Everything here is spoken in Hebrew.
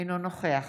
אינו נוכח